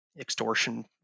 extortion